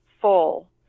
full